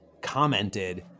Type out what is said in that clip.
commented